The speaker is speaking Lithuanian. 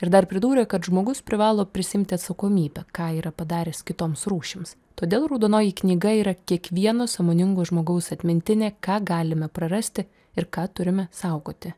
ir dar pridūrė kad žmogus privalo prisiimti atsakomybę ką yra padaręs kitoms rūšims todėl raudonoji knyga yra kiekvieno sąmoningo žmogaus atmintinė ką galime prarasti ir ką turime saugoti